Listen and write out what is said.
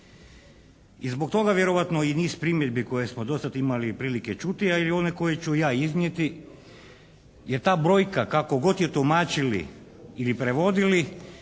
I zbog toga vjerojatno i niz primjedbi koje smo do sada imali i prilike čuti a i one koje ću ja iznijeti, je ta brojka kako god je tumačili ili prevodili